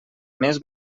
més